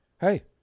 hey